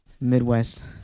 Midwest